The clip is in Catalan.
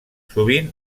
sovint